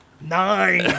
Nine